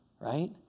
right